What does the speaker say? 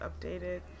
updated